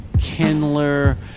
Kindler